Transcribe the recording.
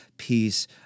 peace